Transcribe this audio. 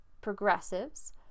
Progressives